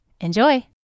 Enjoy